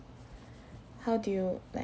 how do you like